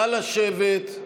נא לשבת.